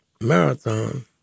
marathon